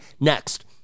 Next